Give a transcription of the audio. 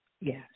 Yes